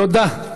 תודה.